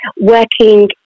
working